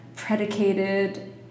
Predicated